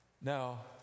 Now